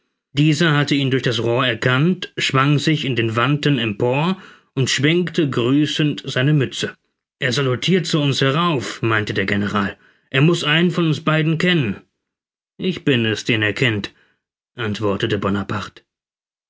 dieser hatte ihn durch das rohr erkannt schwang sich in den wanten empor und schwenkte grüßend seine mütze er salutirt zu uns herauf meinte der general er muß einen von uns beiden kennen ich bin es den er kennt antwortete bonaparte